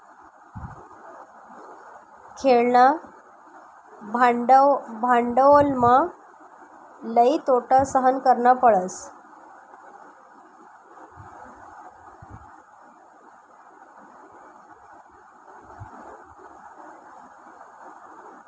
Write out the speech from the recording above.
खेळणा भांडवलमा लई तोटा सहन करना पडस